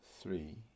three